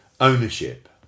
Ownership